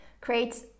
create